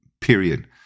period